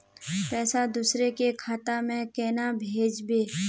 पैसा दूसरे के खाता में केना भेजबे?